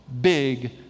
big